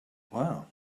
wow